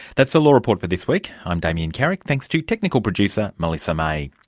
that's the law report for this week, i'm damien carrick, thanks to technical producer melissa may.